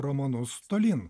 romanus tolyn